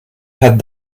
had